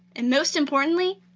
and most importantly,